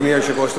אדוני היושב-ראש,